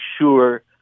sure